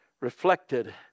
reflected